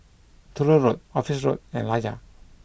Truro Road Office Road and Layar